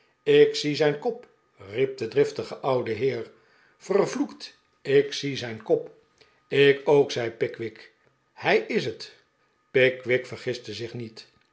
ik zie zijn kop riep de driftige oude heer vervloekt ik zie zijn kop ik ook zei pickwick hij is het pickwick vergiste zich niet